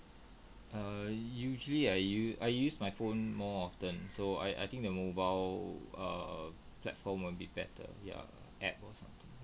err usually I use I use my phone more of often so I I think the mobile err platform a bit better ya app or something